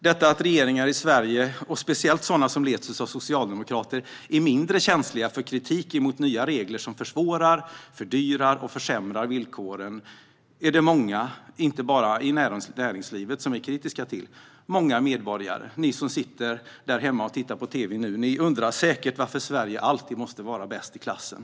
Detta att regeringar i Sverige, och speciellt sådana som leds av socialdemokrater, är mindre känsliga för kritik mot nya regler som försvårar, fördyrar och försämrar villkoren, är det många - inte bara i näringslivet - som är kritiska till. Många medborgare, till exempel ni som nu sitter hemma och tittar på debatten på tv, undrar säkert varför Sverige alltid måste vara bäst i klassen.